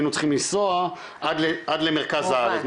היינו צריכים לנסוע עד למרכז הארץ,